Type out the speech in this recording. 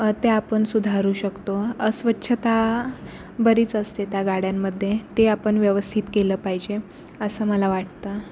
त्या आपण सुधारू शकतो अस्वच्छता बरीच असते त्या गाड्यांमध्ये ते आपण व्यवस्थित केलं पाहिजे असं मला वाटतं